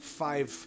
five